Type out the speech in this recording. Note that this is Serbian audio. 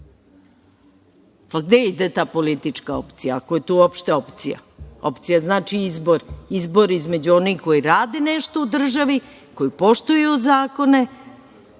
Gde ide ta politička opcija, ako je to uopšte opcija? Opcija znači izbor između onih koji rade nešto u državi, koji poštuju zakone,